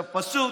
עכשיו פשוט,